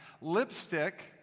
Lipstick